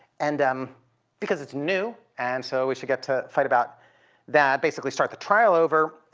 and um because it's new and so we should get to fight about that. basically start the trial over.